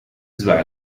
sway